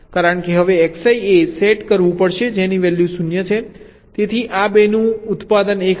કારણ કે હવે Xi એ સેટ કરવું પડશે જેની વેલ્યૂ 0 છે તેથી આ 2 નું ઉત્પાદન 1 હશે